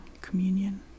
communion